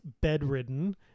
bedridden